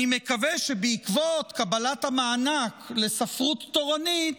אני מקווה שבעקבות קבלת המענק לספרות תורנית